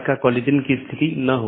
यह कनेक्टिविटी का तरीका है